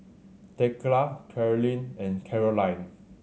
Thekla Carlyn and Karolyn